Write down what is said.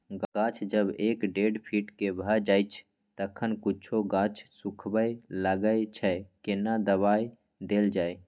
गाछ जब एक डेढ फीट के भ जायछै तखन कुछो गाछ सुखबय लागय छै केना दबाय देल जाय?